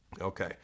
Okay